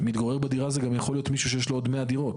מתגורר בדירה זה גם יכול להיות מישהו שיש לו עוד 100 דירות.